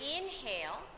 inhale